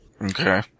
Okay